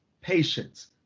patience